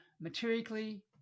materially